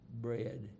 bread